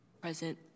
Present